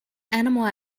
animal